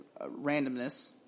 randomness